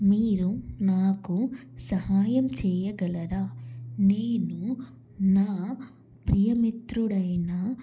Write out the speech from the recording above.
మీరు నాకు సహాయం చేయగలరా నేను నా ప్రియమిత్రుడైన